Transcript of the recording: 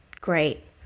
Great